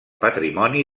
patrimoni